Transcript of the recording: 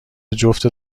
جفت